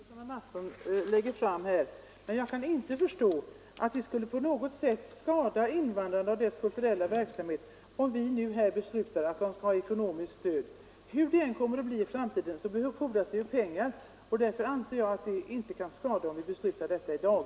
Herr talman! Jag förstår de synpunkter som herr Mattsson i Lane-Herrestad nu senast anlägger. Men jag kan inte förstå att det på något sätt skulle skada invandrarna och deras kulturella verksamhet om vi nu beslutar att invandrarna skall ha ekonomiskt stöd. Hur det än kommer att bli i framtiden fordras det ju pengar, och därför anser jag att det vore riktigt om vi fattar beslut härvidlag i dag.